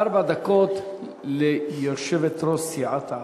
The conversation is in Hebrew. ארבע דקות ליושבת-ראש סיעת העבודה.